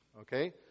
okay